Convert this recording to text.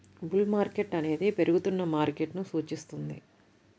bull market అనేది పెరుగుతున్న మార్కెట్ను సూచిస్తుంది